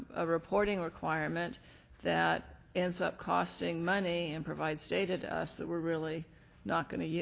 a reporting requirement that ends up costing money and provides data to us that we're really not going to use.